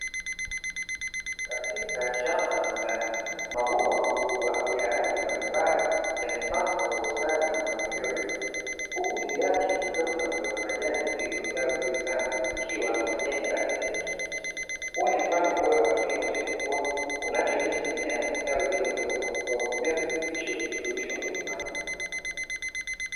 Katika shamba la ndani mabomba makubwa ya rangi mbalimbali yamepangwa kwa ustadi na mpangilio raisi, huku juu yake kukiwa kuna mboga za majani zilizostawi vizuri sana tukiwa na majani ya rangi ya kijani kibichi, huu ni mfano bora wa kilimo cha edoproni unachowezesha mimea kustawi bila udongo kwa kutumia virutubisho vilivyoyeyushwa kwenye maji.